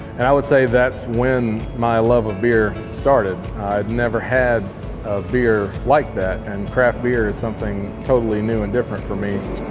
and i would say that's when my love of beer started. i'd never had a beer like that and craft beer is something totally new and different for me.